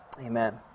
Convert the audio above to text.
Amen